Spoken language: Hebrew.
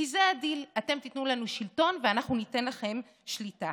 כי זה הדיל: אתם תיתנו לנו שלטון ואנחנו ניתן לכם שליטה.